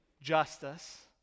justice